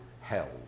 held